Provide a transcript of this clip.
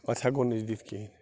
اَتھ ہیٚکو نہٕ أسۍ دِتھ کِہیٖنٛۍ